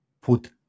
put